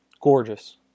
Gorgeous